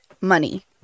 money